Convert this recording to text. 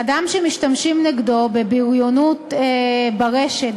אדם שמשתמשים נגדו בבריונות ברשת,